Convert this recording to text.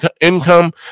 income